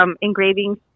engravings